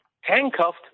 handcuffed